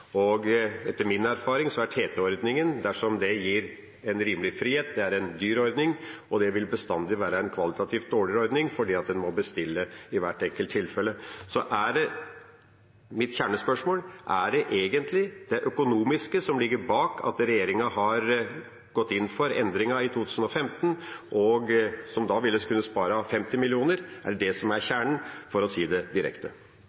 og etter min erfaring er TT-ordningen, dersom det gir en rimelig frihet, en dyr ordning, og det vil bestandig være en kvalitativt dårligere ordning fordi en må bestille i hvert enkelt tilfelle. Mitt kjernespørsmål er: Var det egentlig det økonomiske som lå bak at regjeringa gikk inn for endringen i 2015, hvor en ville kunne spare 50 mill. kr? Er det det som er kjernen, for å si det direkte?